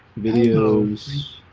videos